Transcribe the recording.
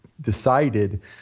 decided